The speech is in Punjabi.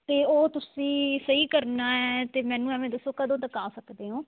ਅਤੇ ਉਹ ਤੁਸੀਂ ਸਹੀ ਕਰਨਾ ਹੈ ਅਤੇ ਮੈਨੂੰ ਐਵੈਂ ਦੱਸੋ ਕਦੋਂ ਤੱਕ ਆ ਸਕਦੇ ਹੋ